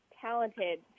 talented